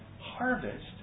harvest